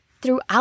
throughout